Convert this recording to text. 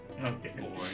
Okay